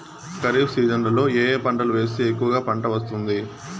ఖరీఫ్ సీజన్లలో ఏ ఏ పంటలు వేస్తే ఎక్కువగా పంట వస్తుంది?